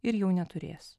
ir jau neturės